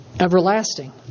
Everlasting